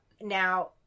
Now